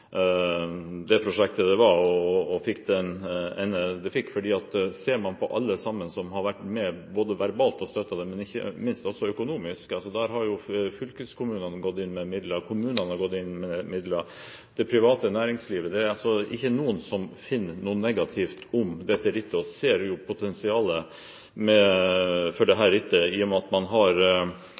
det prosjektet det var, og fikk det resultatet det fikk, når man ser på alle som har vært med og støttet dem, verbalt og ikke minst økonomisk. Fylkeskommunen har gått inn med midler. Kommunene har gått inn med midler, og også det private næringslivet. Det er altså ikke noen som finner noe negativt ved dette rittet. Man ser jo potensialet i dette rittet i og med at man har